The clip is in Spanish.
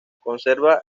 conserva